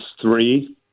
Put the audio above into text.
three